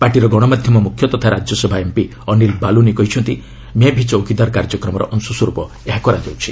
ପାର୍ଟିର ଗଣମାଧ୍ୟମ ମୁଖ୍ୟ ତଥା ରାଜ୍ୟସଭା ଏମ୍ପି ଅନିଲ୍ ବାଲୁନୀ କହିଛନ୍ତି ମେ ଭି ଚୌକିଦାର କାର୍ଯ୍ୟକ୍ରମର ଅଂଶସ୍ୱରୂପ ଏହା କରାଯାଉଛି